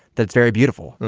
that's very beautiful.